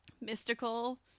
mystical